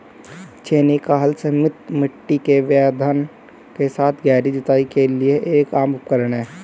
छेनी का हल सीमित मिट्टी के व्यवधान के साथ गहरी जुताई के लिए एक आम उपकरण है